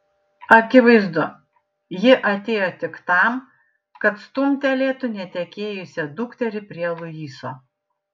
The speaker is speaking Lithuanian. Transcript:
akivaizdu ji atėjo tik tam kad stumtelėtų netekėjusią dukterį prie luiso